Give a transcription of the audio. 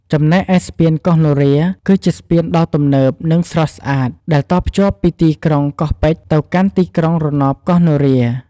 ចំណែកឯស្ពានកោះនរា គឺជាស្ពានដ៏ទំនើប និងស្រស់ស្អាតដែលតភ្ជាប់ពីទីក្រុងកោះពេជ្រទៅកាន់ទីក្រុងរណបកោះនរា។